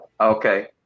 Okay